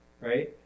right